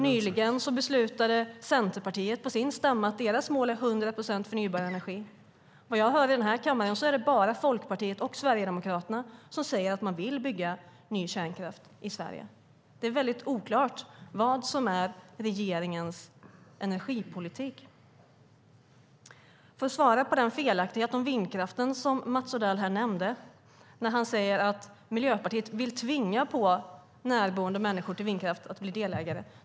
Nyligen beslutade Centerpartiet på sin stämma att deras mål är 100 procent förnybar energi. Vad jag hör i denna kammare är det bara Folkpartiet och Sverigedemokraterna som säger att de vill bygga ny kärnkraft i Sverige. Det är oklart vad som är regeringens energipolitik. Jag ska svara på den felaktighet om vindkraften som Mats Odell nämnde när han sade att Miljöpartiet vill tvinga närboende människor till vindkraft att bli delägare.